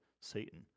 Satan